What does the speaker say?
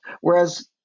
whereas